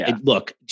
Look